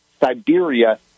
Siberia